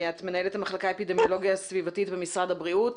את מנהלת המחלק לאפידמיולוגיה סביבתית במשרד הבריאות.